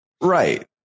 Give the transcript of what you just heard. Right